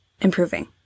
improving